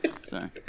Sorry